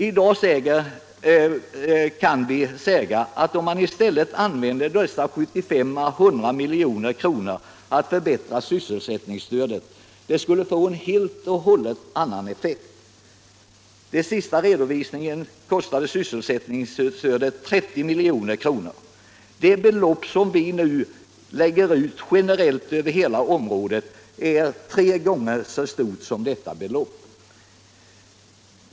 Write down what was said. I dag kan vi säga att om man i stället använde dessa 75 å 100 miljoner till att förbättra sysselsättningsstödet skulle det få en helt annan effekt. Enligt den senaste redovisningen kostade sysselsättningsstödet 30 miljoner. Det belopp som vi nu lägger ut generellt över hela området är tre gånger så stort.